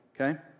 okay